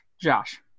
Josh